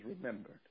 remembered